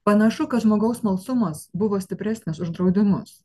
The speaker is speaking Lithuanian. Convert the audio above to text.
panašu kad žmogaus smalsumas buvo stipresnis už draudimus